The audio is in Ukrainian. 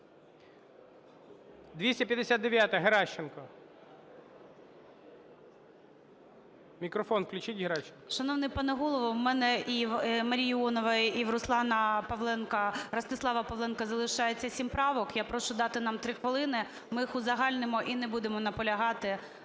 259-а, Геращенко. Мікрофон включіть Геращенко. 11:53:08 ГЕРАЩЕНКО І.В. Шановний пане Голово, у мене і у Марії Іонової, і у Руслана Павленка… Ростислава Павленка залишається сім правок. Я прошу дати нам 3 хвилини. Ми їх узагальнимо і не будемо наполягати